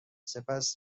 سپس